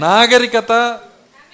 Nagarikata